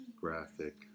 Graphic